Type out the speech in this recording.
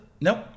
nope